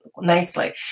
nicely